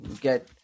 get